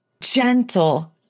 gentle